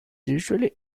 usually